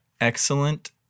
Excellent